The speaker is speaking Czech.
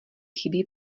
chybí